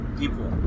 people